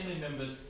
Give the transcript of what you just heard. members